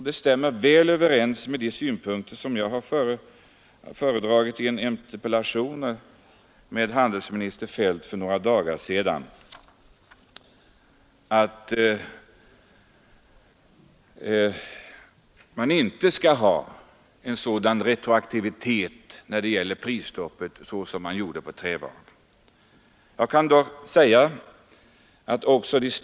De stämmer väl överens med de synpunkter som jag har utvecklat i en interpellation till handelsminister Feldt för några dagar sedan, nämligen att man inte skall ha en sådan retroaktivitet när det gäller prisstopp som var fallet beträffande trävaror.